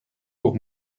pour